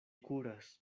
kuras